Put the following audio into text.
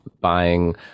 buying